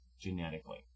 genetically